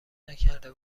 نکرده